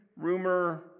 rumor